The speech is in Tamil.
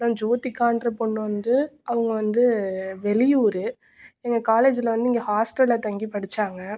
அப்புறோம் ஜோதிகான்ற பொண்ணு வந்து அவங்க வந்து வெளியூர் எங்கள் காலேஜில் வந்து இங்கே ஹாஸ்டலில் தங்கி படிச்சாங்க